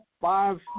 Five